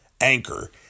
Anchor